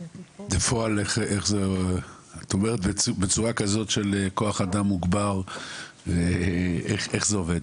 את אומרת בצורה של כוח אדם מוגבר, איך זה עובד?